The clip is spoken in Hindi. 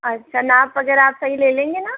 अच्छा नाप वगैरह आप सही ले लेंगे न